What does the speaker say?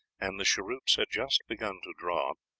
and the cheroots had just begun to draw,